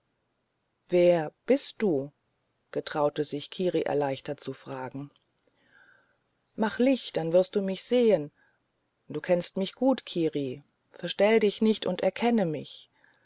wer bist du getraute sich kiri erleichtert zu fragen mach licht dann wirst du mich sehen du kennst mich gut kiri verstell dich nicht und erkenne mich